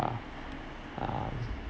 um